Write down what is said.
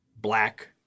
black